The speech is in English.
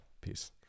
Peace